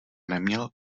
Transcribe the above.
neměl